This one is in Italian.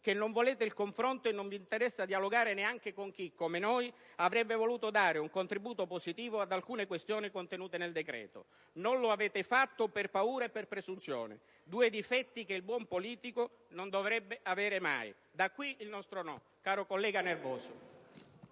voi non volete il confronto e che non vi interessa dialogare neanche con chi, come noi, avrebbe voluto dare un contributo positivo ad alcune questioni contenute nel decreto. Non lo avete fatto per paura e per presunzione: due difetti che il buon politico non dovrebbe avere mai. *(Commenti del senatore Longo)*.